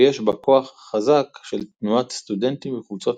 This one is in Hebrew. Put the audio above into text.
ויש בה כוח חזק של תנועות סטודנטים וקבוצות